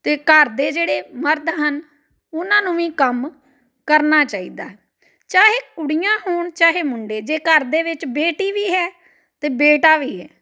ਅਤੇ ਘਰ ਦੇ ਜਿਹੜੇ ਮਰਦ ਹਨ ਉਹਨਾਂ ਨੂੰ ਵੀ ਕੰਮ ਕਰਨਾ ਚਾਹੀਦਾ ਚਾਹੇ ਕੁੜੀਆਂ ਹੋਣ ਚਾਹੇ ਮੁੰਡੇ ਜੇ ਘਰ ਦੇ ਵਿੱਚ ਬੇਟੀ ਵੀ ਹੈ ਅਤੇ ਬੇਟਾ ਵੀ ਹੈ